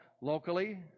locally